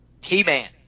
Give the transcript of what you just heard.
T-Man